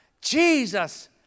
Jesus